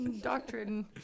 doctrine